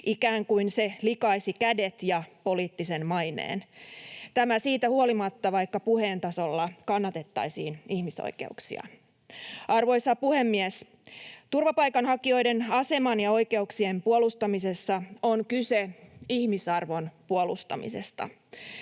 ikään kuin se likaisi kädet ja poliittisen maineen — tämä siitä huolimatta, vaikka puheen tasolla kannatettaisiin ihmisoikeuksia. Arvoisa puhemies! Turvapaikanhakijoiden aseman ja oikeuksien puolustamisessa on kyse ihmisarvon puolustamisesta.